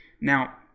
Now